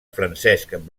francesc